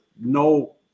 no